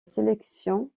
sélection